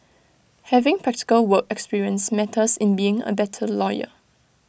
having practical work experience matters in being A better lawyer